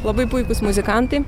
labai puikūs muzikantai